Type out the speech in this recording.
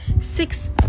six